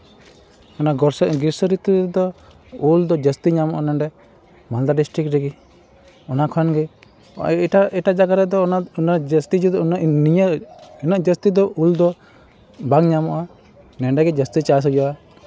ᱚᱱᱟ ᱜᱨᱤᱥᱚ ᱨᱤᱛᱩ ᱨᱮᱫᱚ ᱩᱞᱫᱚ ᱡᱟᱹᱥᱛᱤ ᱧᱟᱢᱚᱜᱼᱟ ᱱᱚᱸᱰᱮ ᱢᱟᱞᱫᱟ ᱰᱤᱥᱴᱤᱠ ᱨᱮᱜᱮ ᱚᱱᱟ ᱠᱷᱚᱱᱜᱮ ᱮᱴᱟᱜ ᱮᱴᱟᱜ ᱡᱟᱭᱜᱟ ᱨᱮᱫᱚ ᱚᱱᱟ ᱚᱱᱟ ᱡᱟᱹᱥᱛᱤ ᱱᱤᱭᱟᱹ ᱩᱱᱟᱹᱜ ᱡᱟᱹᱥᱛᱤ ᱫᱚ ᱩᱞ ᱫᱚ ᱵᱟᱝ ᱧᱟᱢᱚᱜᱼᱟ ᱱᱚᱸᱰᱮᱜᱮ ᱡᱟᱹᱥᱛᱤ ᱪᱟᱥ ᱦᱩᱭᱩᱜᱼᱟ